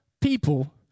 people